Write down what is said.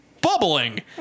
bubbling